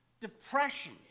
depression